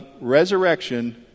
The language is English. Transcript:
resurrection